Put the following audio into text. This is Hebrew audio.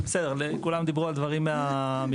כולם דיברו על הדברים המקצועיים,